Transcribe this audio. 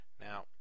Now